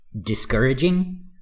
discouraging